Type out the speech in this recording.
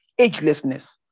agelessness